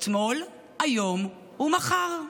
אתמול, היום ומחר.